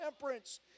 temperance